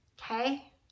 Okay